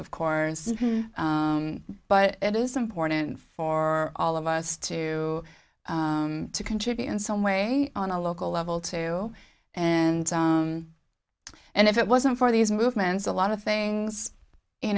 of course but it is important for all of us to contribute in some way on a local level too and and if it wasn't for these movements a lot of things you